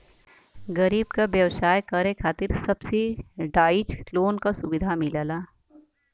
गरीब क व्यवसाय करे खातिर सब्सिडाइज लोन क सुविधा मिलला